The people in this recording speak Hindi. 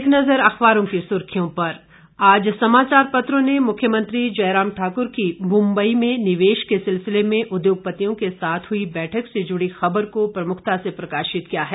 एक नज़र अखबारों की सुर्खियों पर आज समाचार पत्रों ने मुख्यमंत्री जयराम ठाकुर की मुम्बई में निवेश के सिलसिले में उद्योगपतियों के साथ हुई बैठक से जुड़ी ख़बर को प्रमुखता से प्रकाशित किया है